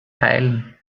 teilen